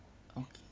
okay